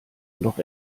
noch